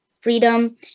freedom